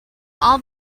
all